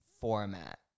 format